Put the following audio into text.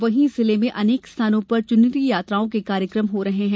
वहीं जिले में अनेक स्थानों पर चुनरी यात्राओं के कार्यक्रम हो रहे हैं